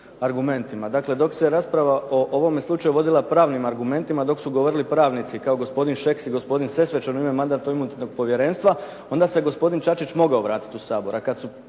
dok se rasprava o ovome slučaju vodila pravnim argumentima dok su govorili pravnici kao gospodin Šeks i gospodin Sesvečan u ime Mandatno-imunitetnog povjerenstva, onda se gospodin Čačić mogao vratiti u Sabor.